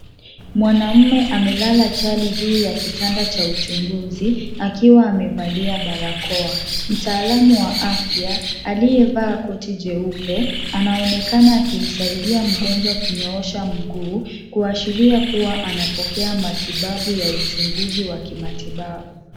Mwanamume amelala chali juu ya kitanda cha uchunguzi akiwa amevalia barakoa. Mtaalamu wa afya, aliyevaa koti jeupe, anaonekana akimsaidia mgonjwa kunyoosha mguu kuashiria kuwa anapokea matibabu ya uchunguzi wa kimatibabu.